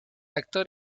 actor